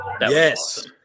Yes